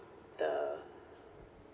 the